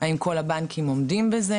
האם כל הבנקים עומדים בזה.